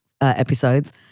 episodes